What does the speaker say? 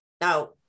Now